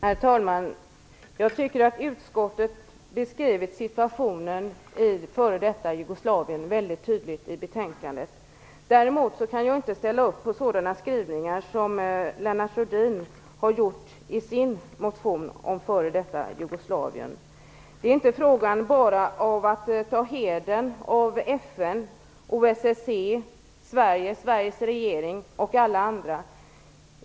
Herr talman! Jag tycker att utskottet beskrivit situationen i f.d. Jugoslavien väldigt tydligt i betänkandet. Däremot kan jag inte ställa upp på sådana skrivningar som Lennart Rohdin har gjort i sin motion om f.d. Jugoslavien. Det är inte bara fråga om att ta hedern av FN, OSSE, Sveriges regering och alla andra.